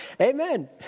Amen